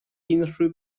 unrhyw